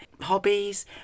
hobbies